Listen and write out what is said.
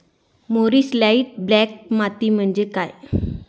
मूरिश light black माती म्हणजे काय?